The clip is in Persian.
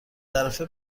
طرفه